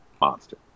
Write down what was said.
monster